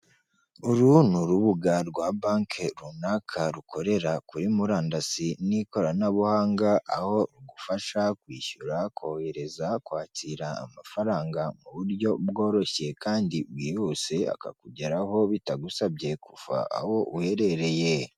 Uru ni urubuga rwa banki runaka, rukorera kuri murandasi n'ikoranabuhanga, aho rugufasha kwishyura, kohereza, kwakira amafaranga mu buryo bworoshye kandi bwihuse, akakugeraho bitagusabye kuva aho uherereye.